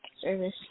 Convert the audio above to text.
service